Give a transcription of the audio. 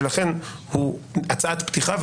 ולכן היא הצעה טרומית,